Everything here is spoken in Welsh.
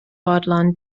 fodlon